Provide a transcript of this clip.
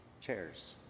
chairs